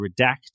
redacted